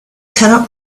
cannot